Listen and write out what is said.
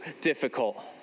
difficult